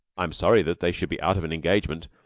i'm sorry that they should be out of an engagement,